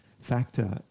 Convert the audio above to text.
factor